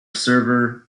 server